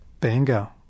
Bingo